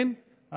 כן,